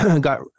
got